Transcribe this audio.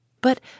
But